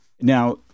Now